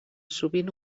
sovint